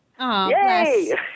Yay